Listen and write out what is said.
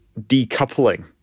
decoupling